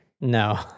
No